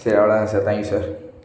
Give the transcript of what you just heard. சரி அவ்வளோ தான் சார் தேங்க்யூ சார்